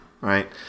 right